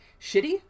shitty